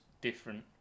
different